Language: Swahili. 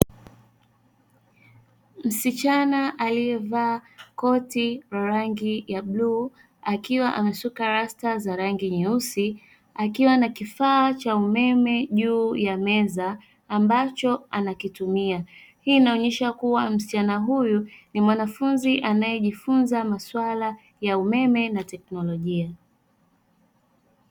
Msichana aliyevaa koti la rangi ya bluu akiwa amesuka rasta za rangi nyeusi, akiwa na kifaa cha umeme juu ya meza ambacho anakitumia. Hii inaonesha kuwa msichana huyu ni mwanafunzi anaejifunza maswala ya umeme na teknolijia.